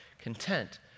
content